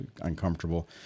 uncomfortable